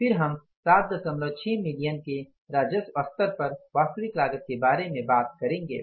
फिर हम 76 मिलियन के राजस्व स्तर पर वास्तविक लागत के बारे में बात करेंगे